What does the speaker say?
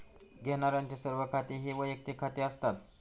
घेण्यारांचे सर्व खाती ही वैयक्तिक खाती असतात